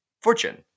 fortune